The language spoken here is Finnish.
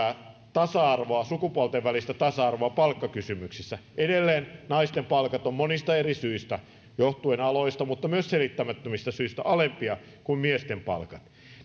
sukupuolten välistä tasa arvoa palkkakysymyksissä edelleen naisten palkat ovat monista eri syistä johtuen aloista mutta myös selittämättömistä syistä alempia kuin miesten palkat